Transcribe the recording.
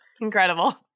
Incredible